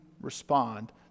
respond